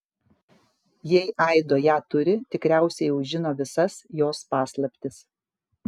jei aido ją turi tikriausiai jau žino visas jos paslaptis